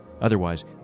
Otherwise